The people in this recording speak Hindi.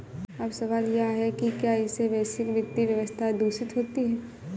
अब सवाल यह है कि क्या इससे वैश्विक वित्तीय व्यवस्था दूषित होती है